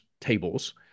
tables